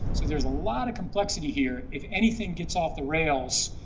so there's a lot of complexity here. if anything gets off the rails,